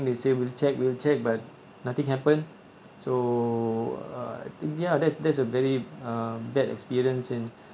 they say will check will check but nothing happen so uh I think ya that's that's a very um bad experience in